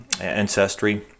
ancestry